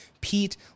Pete